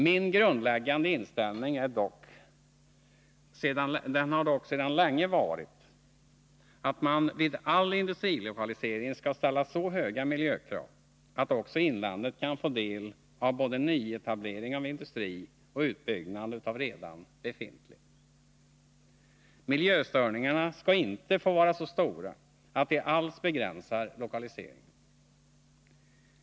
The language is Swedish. Min grundläggande inställning har dock sedan länge varit att man vid all industrilokalisering skall ställa så stora miljökrav att också inlandet kan få del av både nyetablering av industri och utbyggnad av redan befintlig industri: Miljöstörningarna skall inte få vara så stora att de alls begränsar lokaliseringen.